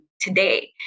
today